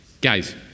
Guys